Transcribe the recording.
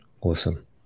Awesome